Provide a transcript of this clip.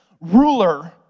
ruler